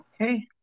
Okay